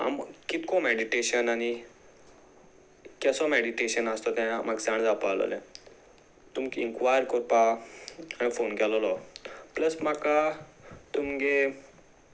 कितें करून मॅडिटेशन आनी कसो मॅडिटेशन आसा तो तें म्हाका जाण जावपा लागलोलें तुमका इन्क्वायर करपाक हांवें फोन केलोलो प्लस म्हाका तुमगे